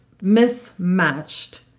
mismatched